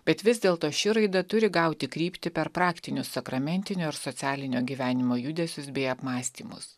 bet vis dėlto ši raida turi gauti kryptį per praktinius sakramentinio ir socialinio gyvenimo judesius bei apmąstymus